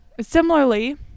Similarly